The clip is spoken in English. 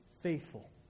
faithful